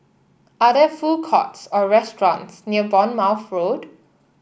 are there food courts or restaurants near Bournemouth Road